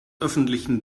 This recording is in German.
öffentlichen